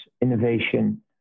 innovation